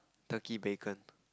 Turkey bacon